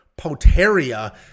Poteria